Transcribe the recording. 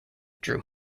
drew